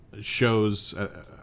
shows